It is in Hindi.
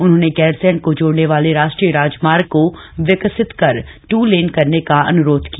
उन्होंने गैरसैंण को जोड़ने वाले राष्ट्रीय राजमार्ग को विकसित कर ट्र लेन करने का अन्रोध किया